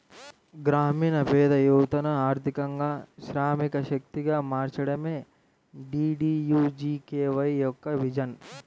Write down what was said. గ్రామీణ పేద యువతను ఆర్థికంగా శ్రామిక శక్తిగా మార్చడమే డీడీయూజీకేవై యొక్క విజన్